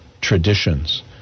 traditions